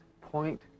point